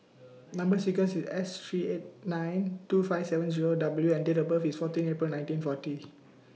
Number sequence IS S three eight nine two five seven Zero W and Date of birth IS fourteen April nineteen forty